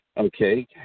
okay